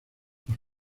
los